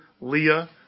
Leah